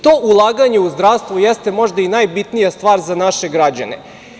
To ulaganje u zdravstvo jeste možda i najbitnija stvar za naše građane.